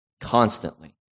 constantly